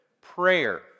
prayer